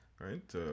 Right